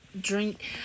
Drink